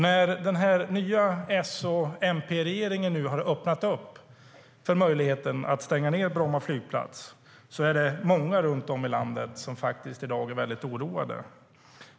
När den nya S och MP-regeringen nu har öppnat upp för möjligheten att stänga ned Bromma flygplats är det många runt om i landet som är väldigt oroade i dag.